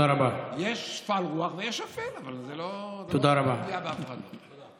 יש שפל רוח ויש שפל, אבל זו לא פגיעה, תודה.